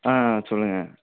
ஆ சொல்லுங்கள்